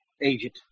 agent